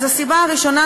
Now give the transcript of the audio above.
הסיבה הראשונה,